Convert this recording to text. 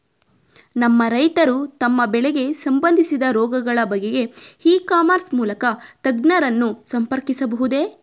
ನಮ್ಮ ರೈತರು ತಮ್ಮ ಬೆಳೆಗೆ ಸಂಬಂದಿಸಿದ ರೋಗಗಳ ಬಗೆಗೆ ಇ ಕಾಮರ್ಸ್ ಮೂಲಕ ತಜ್ಞರನ್ನು ಸಂಪರ್ಕಿಸಬಹುದೇ?